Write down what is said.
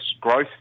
growth